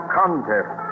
contest